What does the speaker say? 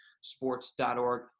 sports.org